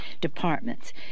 departments